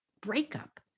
breakup